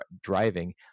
driving